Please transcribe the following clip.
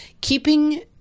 keeping